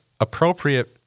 appropriate